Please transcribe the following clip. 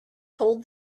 told